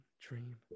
dream